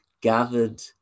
gathered